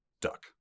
duck